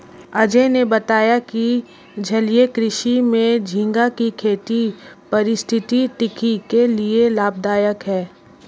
अजय ने बताया कि जलीय कृषि में झींगा की खेती पारिस्थितिकी के लिए लाभदायक है